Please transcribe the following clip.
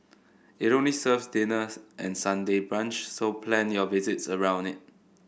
it only serves dinner and Sunday brunch so plan your visit around it